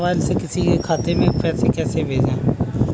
अपने मोबाइल से किसी के खाते में पैसे कैसे भेजें?